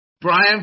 Brian